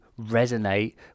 resonate